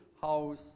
house